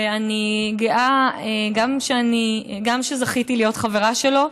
ואני גאה בזה שזכיתי להיות חברה שלו.